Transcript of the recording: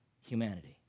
humanity